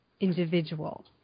individual